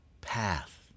path